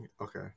Okay